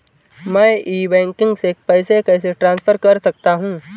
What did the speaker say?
मैं e banking से पैसे कैसे ट्रांसफर कर सकता हूं?